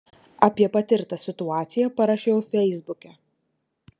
apie patirtą situaciją parašiau feisbuke